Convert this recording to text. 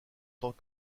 tant